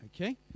Okay